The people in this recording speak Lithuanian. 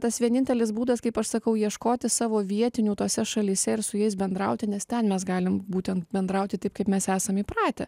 tas vienintelis būdas kaip aš sakau ieškoti savo vietinių tose šalyse ir su jais bendrauti nes ten mes galim būtent bendrauti taip kaip mes esam įpratę